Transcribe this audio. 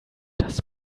das